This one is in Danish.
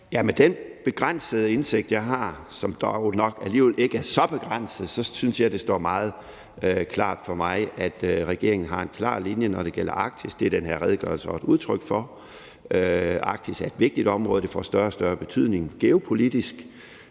med den begrænsede indsigt, jeg har – som dog nok alligevel ikke er så begrænset – synes jeg, det står meget klart for mig, at regeringen har en klar linje, når det gælder Arktis, og det er den her redegørelse også et udtryk for. Arktis er et vigtigt område, og det får større og større betydning geopolitisk.